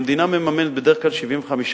המדינה מממנת בדרך כלל 75%,